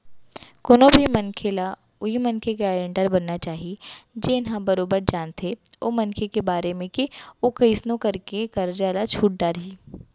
कोनो भी मनखे ह उहीं मनखे के गारेंटर बनना चाही जेन ह बरोबर जानथे ओ मनखे के बारे म के ओहा कइसनो करके ले करजा ल छूट डरही